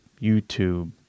YouTube